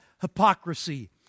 hypocrisy